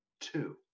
two